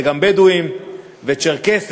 זה גם בדואים וצ'רקסים,